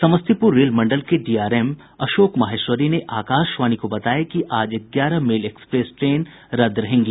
समस्तीपुर रेल मंडल के डीआरएम अशोक माहेश्वरी ने आकाशवाणी को बताया कि आज ग्यारह मेल एक्सप्रेस ट्रेन रद्द रहेंगी